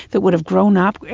that would have grown up,